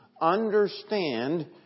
understand